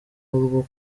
rwo